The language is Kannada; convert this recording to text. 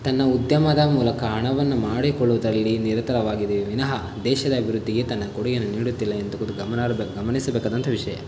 ತನ್ನ ಉದ್ಯಮದ ಮೂಲಕ ಹಣವನ್ನು ಮಾಡಿಕೊಳ್ಳುವುದರಲ್ಲಿ ನಿರತವಾಗಿದೆಯೇ ವಿನಃ ದೇಶದ ಅಭಿವೃದ್ಧಿಗೆ ತನ್ನ ಕೊಡುಗೆಯನ್ನು ನೀಡುತ್ತಿಲ್ಲ ಎಂದುಗುದು ಗಮನಾರ್ಹ ಗಮನಿಸಬೇಕಾದಂಥ ವಿಷಯ